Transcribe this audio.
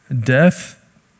death